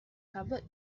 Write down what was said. covered